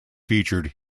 featured